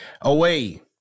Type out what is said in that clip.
away